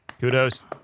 Kudos